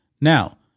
Now